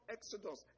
Exodus